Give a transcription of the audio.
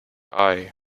eye